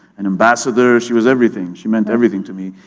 an ambassador. she was everything, she meant everything to me.